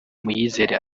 muyizere